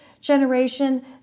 generation